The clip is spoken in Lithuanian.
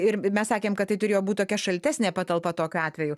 ir mes sakėm kad tai turėjo būt tokia šaltesnė patalpa tokiu atveju